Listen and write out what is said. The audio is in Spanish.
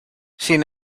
sin